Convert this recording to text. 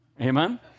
Amen